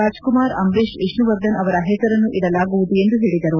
ರಾಜ Kumar Ambareesh Vishnuvardhan ಅವರ ಹೆಸರನ್ನು ಇಡಲಾಗುವುದು ಎಂದು ಹೇಳಿದರು